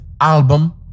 album